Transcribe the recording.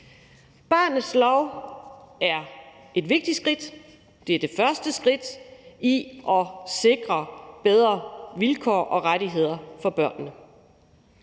skridt; den er det første skridt til at sikre bedre vilkår og rettigheder for børnene.